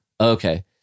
Okay